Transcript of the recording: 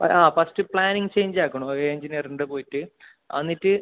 ആ first planning ചേഞ്ചാക്കണം ഒരു എൻജിനീയറിൻ്റെ പോയിറ്റ് എന്നിട്ട്